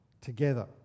together